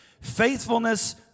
faithfulness